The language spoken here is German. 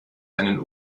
einen